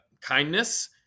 kindness